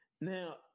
Now